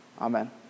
Amen